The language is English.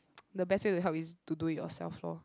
the best way to help is to do it yourself loh